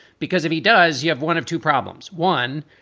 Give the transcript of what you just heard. because if he does, you have one of two problems. one,